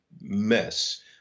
mess